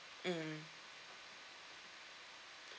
mmhmm